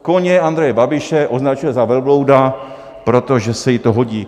Koně Andreje Babiše označuje za velblouda, protože se jí to hodí.